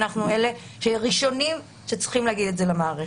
אנחנו צריכים להיות הראשונים שצריכים להגיד את זה למערכת.